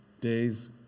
days